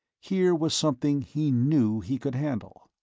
here was something he knew he could handle.